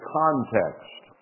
context